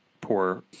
poor